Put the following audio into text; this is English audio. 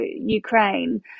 Ukraine